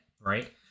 right